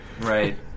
Right